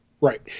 Right